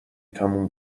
تموم